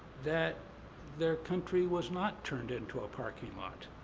that their country was not turned into a parking lot.